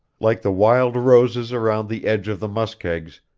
like the wild roses around the edge of the muskegs,